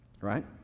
right